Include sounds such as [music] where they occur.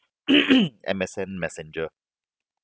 [coughs] M_S_N messenger